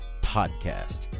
podcast